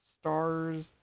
stars